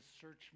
search